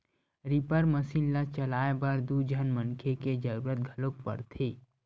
reaper machine ल चलाए बर दू झन मनखे के जरूरत घलोक परथे